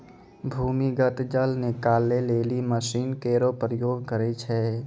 भूमीगत जल निकाले लेलि मसीन केरो प्रयोग करै छै